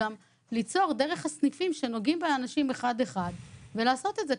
דרך הסניפים שנוגעים באנשים אחד-אחד לעשות את זה.